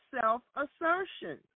self-assertion